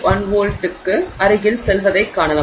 1 volt 0 க்கு அருகில் செல்வதைக் காணலாம்